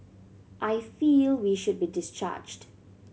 I feel we should be discharged